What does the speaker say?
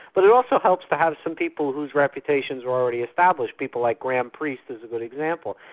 but it also helps to have some people whose reputations are already established, people like graham priest is a good example.